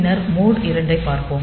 பின்னர் மோட் 2 ஐப் பார்ப்போம்